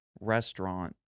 restaurant